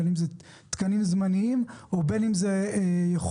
בין אם אלה תקנים זמניים ובין אם זאת יכולת